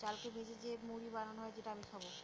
চালকে ভেজে যে মুড়ি বানানো হয় যেটা আমি খাবো